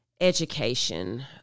education